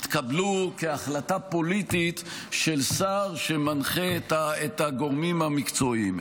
יתקבלו כהחלטה פוליטית של שר שמנחה את הגורמים המקצועיים.